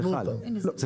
זה חל.